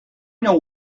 know